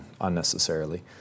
unnecessarily